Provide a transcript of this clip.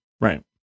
Right